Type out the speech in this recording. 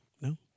No